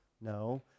no